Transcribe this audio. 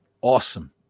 Awesome